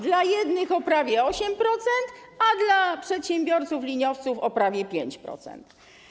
Dla jednych - o prawie 8%, a dla przedsiębiorców liniowców - o prawie 5%.